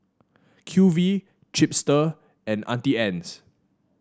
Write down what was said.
Q V Chipster and Auntie Anne's